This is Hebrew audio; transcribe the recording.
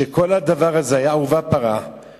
שכל הדבר הזה היה עורבא פרח,